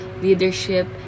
leadership